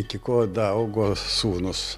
iki ko daaugo sūnus